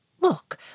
Look